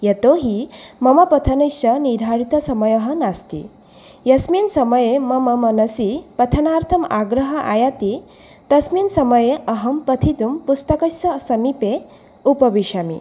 यतोहि मम पठनस्य निर्धारितसमयः नास्ति यस्मिन् समये मम मनसि पठनार्थम् आग्रहः आयाति तस्मिन् समये अहं पठितुं पुस्तकस्य समीपे उपविशामि